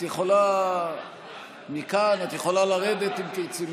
את יכולה מכאן, את יכולה לרדת, אם תרצי.